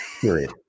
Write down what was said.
Period